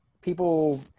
people